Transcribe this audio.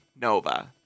Nova